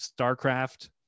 StarCraft